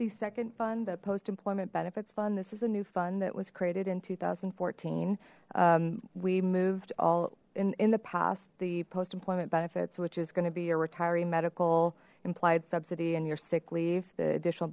the second fund the post employment benefits fund this is a new fund that was created in two thousand and fourteen we moved all in in the past the post employment benefits which is going to be a retiree medical implied subsidy in your sick leave the additional